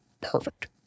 perfect